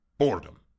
boredom